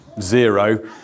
zero